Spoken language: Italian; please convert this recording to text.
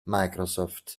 microsoft